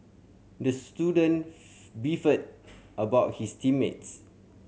the student beefed about his team mates